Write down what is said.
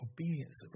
Obedience